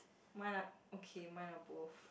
mine are okay mine are both